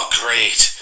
great